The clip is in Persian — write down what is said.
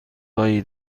هایی